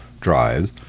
drives